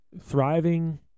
thriving